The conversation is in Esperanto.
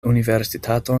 universitato